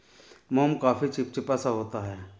मोम काफी चिपचिपा सा होता है